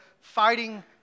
fighting